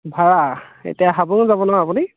ভাড়া এতিয়া হাবুঙত যাব ন আপুনি